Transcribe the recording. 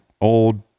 old